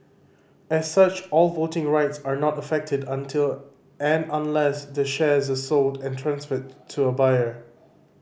as such all voting rights are not affected until and unless the shares are sold and transferred to a buyer